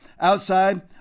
Outside